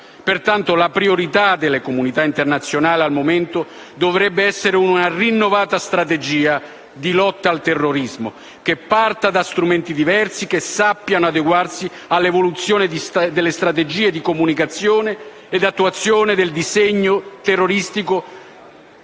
momento, la priorità della comunità internazionale dovrebbe pertanto essere una rinnovata strategia di lotta al terrorismo che parta da strumenti diversi che sappiano adeguarsi all'evoluzione delle strategie di comunicazione ed attuazione del disegno terroristico